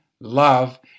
love